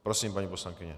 Prosím, paní poslankyně.